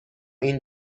این